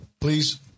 Please